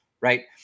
right